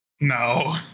No